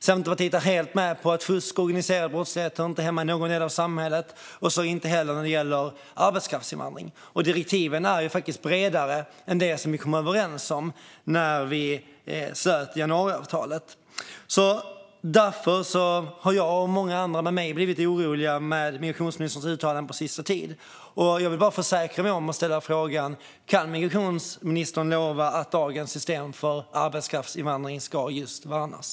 Centerpartiet är helt med på att fusk och organiserad brottslighet inte hör hemma i någon del av samhället och inte heller när det gäller arbetskraftsinvandring. Direktiven är bredare än det vi kom överens om när vi slöt januariavtalet. Därför har jag och många andra med mig blivit oroliga över migrationsministerns uttalanden på senaste tiden. Jag vill försäkra mig om och ställa frågan: Kan migrationsministern lova att dagens system för arbetskraftsinvandring ska värnas?